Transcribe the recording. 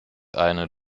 eine